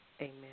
Amen